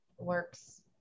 works